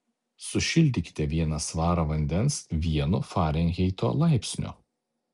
sušildykite vieną svarą vandens vienu farenheito laipsniu